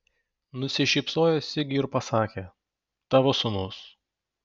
nusišypsojo sigiui ir pasakė tavo sūnus